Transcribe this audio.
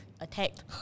attacked